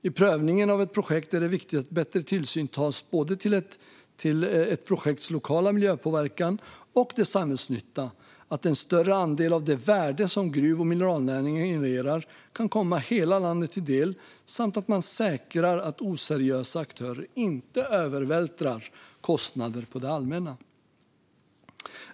I prövningen av ett projekt är det viktigt att bättre hänsyn tas till både projektets lokala miljöpåverkan och dess samhällsnytta, att en större andel av det värde som gruv och mineralnäringen genererar kan komma hela landet till del samt att man säkrar att oseriösa aktörer inte övervältrar kostnader på det allmänna.